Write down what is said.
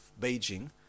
Beijing